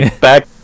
back